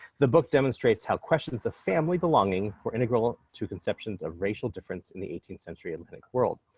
the book demonstrates how questions of family belonging were integral to conceptions of racial difference in the eighteenth century atlantic world.